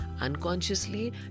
Unconsciously